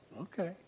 Okay